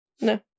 No